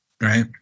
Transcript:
right